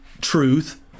truth